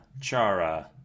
Chara